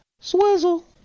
Swizzle